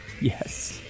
Yes